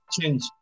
change